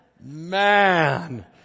Man